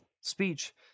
speech